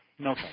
No